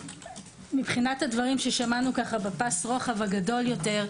מבחינת הדברים ששמענו בפס הרוחב הגדול יותר,